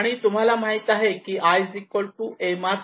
आणि तुम्हाला माहित आहे की I mr2 आहे